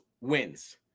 wins